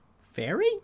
Fairy